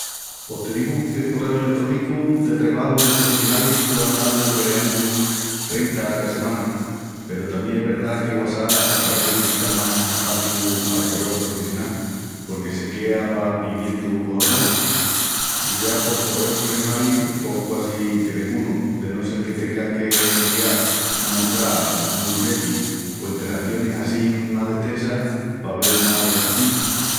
Pos te digu que correus eletrónicus de trebaju i professionalis pueu andal envereandu trenta a ca semana. Peru tamién es verdá que whatsapp a ca vés le quita más espaciu al correu professional porque se quea pa piimientus hormalis. I ya pos correus pressonalis pos quasi que dengunu de no sel que tengas que renvial una entrá, unus billetis o enteracionis assín más destensas pa vel más despaciu.